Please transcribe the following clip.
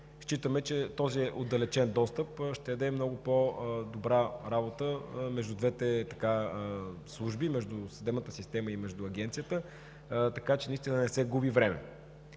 Считаме, че този отдалечен достъп ще осигури много по-добра работа между двете служби – съдебната система и Агенцията, така че наистина да не се губи време.